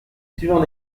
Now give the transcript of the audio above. suivant